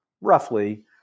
roughly